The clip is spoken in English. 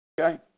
Okay